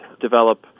develop